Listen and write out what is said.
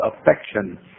affection